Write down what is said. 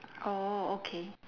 oh okay